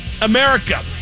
America